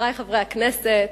חברי חברי הכנסת,